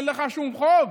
אין לך שום חוב,